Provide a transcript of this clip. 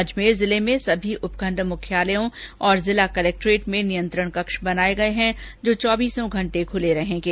अजमेर जिले में भी सभी उपखंड मुख्यालयों और जिला कलेक्ट्रेट में नियंत्रण कक्ष बनाये गये हैं जो चौबीस घंटे खुले रहेंगे